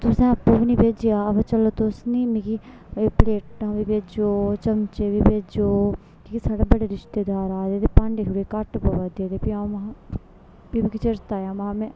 तुसें आपें बी नी भेजेआ अवा चलो तुस मिगी एह् प्लेटां बी भेजो चमचे बी भेजो एह् साढ़ै बड़े रिश्तेदार आए दे ते भांडे थोह्ड़े घट्ट पवै दे ते फ्ही अ'ऊं फिर मिगी चेता आया महां में